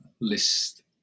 list